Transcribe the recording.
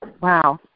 Wow